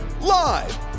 Live